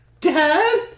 Dad